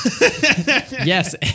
Yes